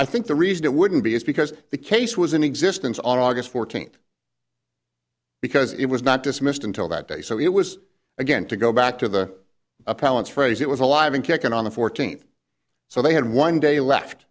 i think the reason it wouldn't be is because the case was in existence on august fourteenth because it was not dismissed until that day so it was again to go back to the appellants phrase it was alive and kicking on the fourteenth so they had one day left